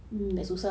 mmhmm